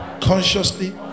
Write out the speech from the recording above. consciously